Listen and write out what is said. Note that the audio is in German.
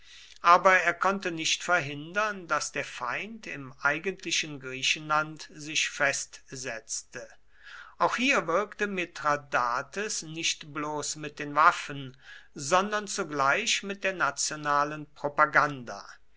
aber er konnte nicht verhindern daß der feind im eigentlichen griechenland sich festsetzte auch hier wirkte mithradates nicht bloß mit den waffen sondern zugleich mit der nationalen propaganda